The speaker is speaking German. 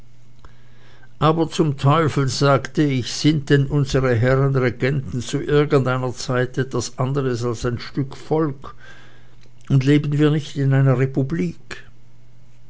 aber zum teufel sagte ich sind denn unsere herren regenten zu irgendeiner zeit etwas anderes als ein stück volk und leben wir nicht in einer republik